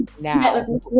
now